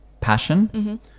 passion